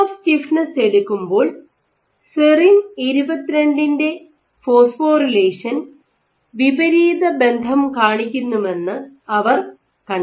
function of stiffness എടുക്കുമ്പോൾ serine 22 ന്റെ phosphorylation വിപരീതബന്ധം കാണിക്കുന്നുവെന്ന് അവർ കണ്ടെത്തി